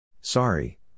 Sorry